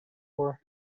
for